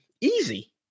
easy